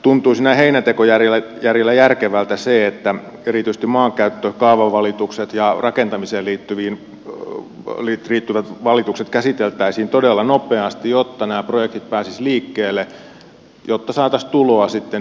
tuntuisi näin heinäntekojärjellä järkevältä se että erityisesti maankäyttö kaavavalitukset ja rakentamiseen liittyvät valitukset käsiteltäisiin todella nopeasti jotta nämä projektit pääsisivät liikkeelle jotta saataisiin sitten tuloa niistä